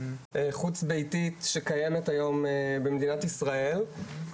חוץ ביתית שקיימת היום במדינת ישראל.